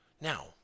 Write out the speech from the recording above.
Now